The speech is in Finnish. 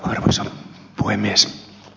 arvoisa puhemies